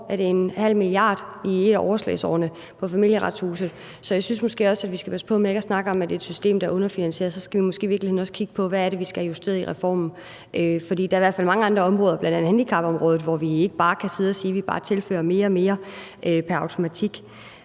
mia. kr., tror jeg, i et af overslagsårene på Familieretshuset. Så jeg synes måske, at vi skal passe på med at snakke om, at det er et system, der er underfinansieret – så skal vi måske i virkeligheden også kigge på, hvad det er, vi skal have justeret i reformen. For der er i hvert fald mange andre områder, bl.a. handicapområdet, hvor vi ikke kan sige, at vi bare tilfører mere og mere pr. automatik.